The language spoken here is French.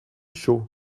chaud